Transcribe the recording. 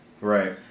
Right